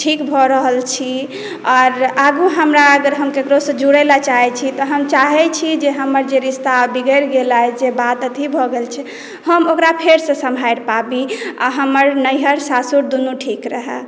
ठीक भऽ रहल छी आओर आगू हमरा अगर हम केकरोसँ जुड़ै लेल चाहे छी तऽ हम चाहे छी जे हमर जे रिश्ता बिगड़ि गेलै जे बात अथी भऽ गेल छै हम ओकरा फेरसॅं सम्हारि पाबी आ हमर नैहर सासुर दुनू ठीक रहै